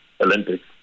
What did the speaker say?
Olympics